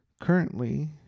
currently